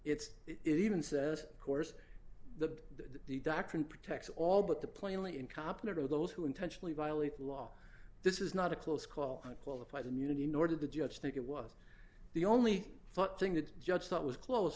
it's it even says course the that the doctrine protects all but the plainly incompetent or those who intentionally violate the law this is not a close call qualified immunity nor did the judge think it was the only thing that judge thought was close